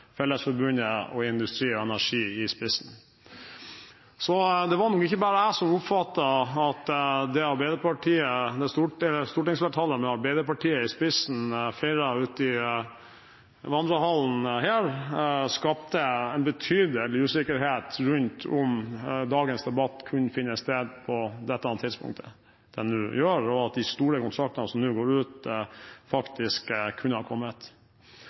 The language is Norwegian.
Fellesforbundet og Industri Energi i spissen. Så det var nok ikke bare jeg som oppfattet at det som stortingsflertallet – med Arbeiderpartiet i spissen – feiret ute i vandrehallen her, skapte en betydelig usikkerhet rundt det om dagens debatt kunne finne sted på det tidspunktet som den nå gjør, og om de store kontraktene som nå går ut, faktisk kunne ha kommet.